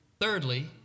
Thirdly